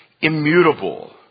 immutable